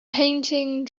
painting